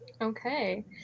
Okay